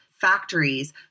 factories